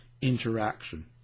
interaction